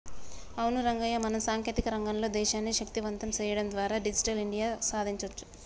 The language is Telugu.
అవును రంగయ్య మనం సాంకేతిక రంగంలో దేశాన్ని శక్తివంతం సేయడం ద్వారా డిజిటల్ ఇండియా సాదించొచ్చు